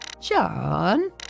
John